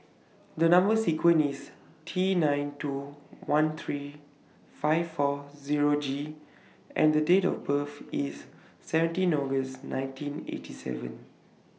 The Number sequence IS T nine two one three five four Zero G and The Date of birth IS seventeen August nineteen eighty seven